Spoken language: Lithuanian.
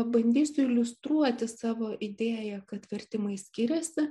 pabandysiu iliustruoti savo idėją kad vertimai skiriasi